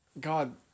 God